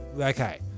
Okay